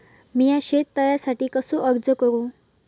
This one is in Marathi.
मीया शेत तळ्यासाठी कसो अर्ज करू?